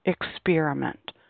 experiment